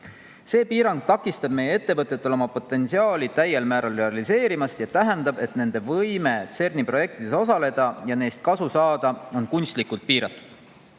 See piirang takistab meie ettevõtetel oma potentsiaali täiel määral realiseerimast ja tähendab, et nende võime CERN‑i projektides osaleda ja neist kasu saada on kunstlikult piiratud.